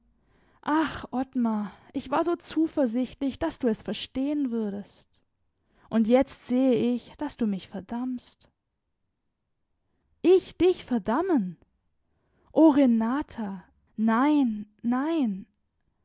ach ottmar ich war so zuversichtlich daß du es verstehen würdest und jetzt sehe ich daß du mich verdammst ich dich verdammen o renata nein nein